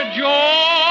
joy